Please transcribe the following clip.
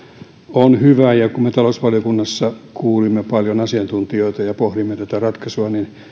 on hyvä ja kun me talousvaliokunnassa kuulimme paljon asiantuntijoita ja pohdimme tätä ratkaisua niin